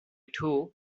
too